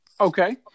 Okay